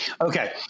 Okay